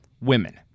women